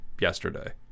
yesterday